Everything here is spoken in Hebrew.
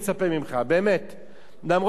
אומנם הסכמתי להצעה לסדר-היום,